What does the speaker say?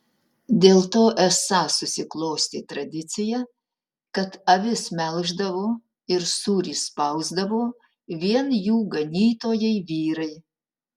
dėl to esą susiklostė tradicija kad avis melždavo ir sūrį spausdavo vien jų ganytojai vyrai